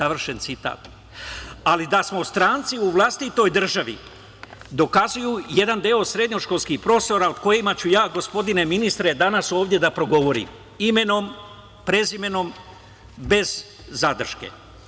Ali da smo stranci u vlastitoj državi dokazuje jedan deo srednjoškolskih profesora o kojima ću ja, gospodine ministre, danas da progovorim imenom, prezimenom, bez zadrške.